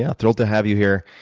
yeah thrilled to have you here.